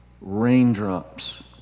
raindrops